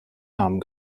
namen